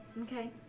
okay